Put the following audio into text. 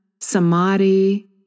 samadhi